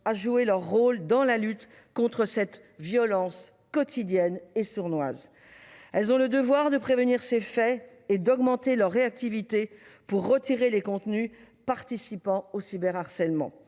à jouer leur rôle dans la lutte contre cette violence quotidienne et sournoise. Les plateformes ont le devoir de prévenir ces faits et d'augmenter leur réactivité pour retirer les contenus participant au cyberharcèlement